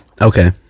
Okay